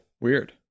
weird